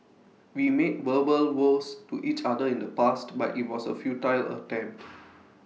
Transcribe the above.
we made verbal vows to each other in the past but IT was A futile attempt